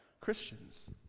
Christians